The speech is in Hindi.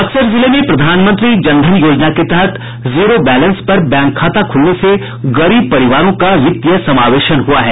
बक्सर जिले में प्रधानमंत्री जन धन योजना के तहत जीरो बैलेंस पर बैंक खाता खुलने से गरीब परिवारों का वित्तीय समावेशन हुआ है